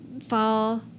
fall